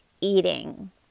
eating